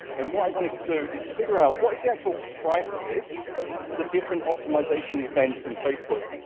and what i wanted to do is figure out what is the actual price list for the different optimisation events in facebook?